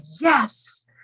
Yes